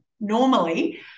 normally